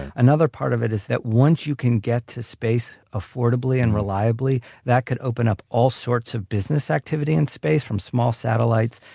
another part of it is that once you can get to space affordably and reliably that could open up all sorts of business activity in space from small satellites,